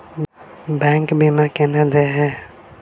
Bank बीमा केना देय है?